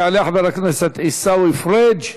יעלה חבר הכנסת עיסאווי פריג',